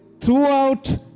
throughout